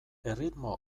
erritmo